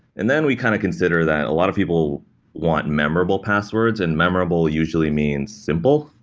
and then we kind of consider that a lot of people want memorable passwords, and memorable usually means simple.